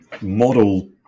model